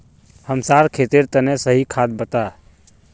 हमसार खेतेर तने सही खाद बता